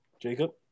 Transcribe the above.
Jacob